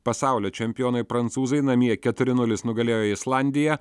pasaulio čempionai prancūzai namie keturi nulis nugalėjo islandiją